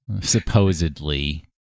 Supposedly